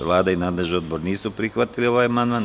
Vlada i nadležni odbor nisu prihvatili ovaj amandman.